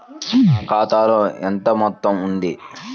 నా ఖాతాలో ఎంత మొత్తం ఉంది?